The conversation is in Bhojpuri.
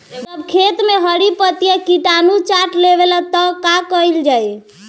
जब खेत मे हरी पतीया किटानु चाट लेवेला तऽ का कईल जाई?